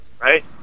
right